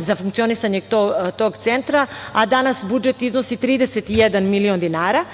za funkcionisanje tog Centra, a danas budžet iznosi 31 milion dinara.